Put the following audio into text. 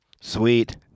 Sweet